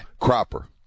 Cropper